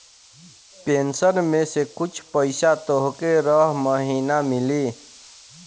pension में से कुछ पईसा तोहके रह महिना मिली